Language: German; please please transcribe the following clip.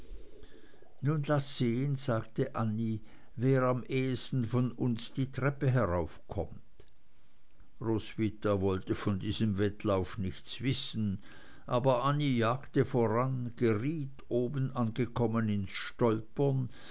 nun laß sehen sagte annie wer am ehesten von uns die treppe heraufkommt roswitha wollte von diesem wettlauf nichts wissen aber annie jagte voran geriet oben angekommen ins stolpern